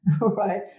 right